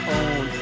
own